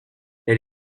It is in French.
elle